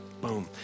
Boom